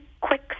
quick